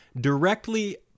directly